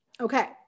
Okay